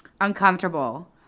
uncomfortable